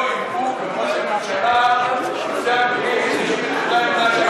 שאלתי את כבודו אם הוא וראש הממשלה בנושא המדיני מציגים את אותה עמדה,